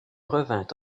revint